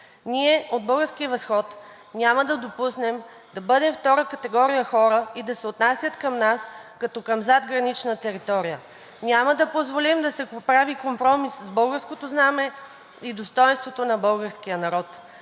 Ние от „Български възход“ няма да допуснем да бъдем втора категория хора и да се отнасят към нас като към задгранична територия. Няма да позволим да се прави компромис с българското знаме и достойнството на българския народ.